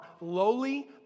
lowly